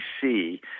see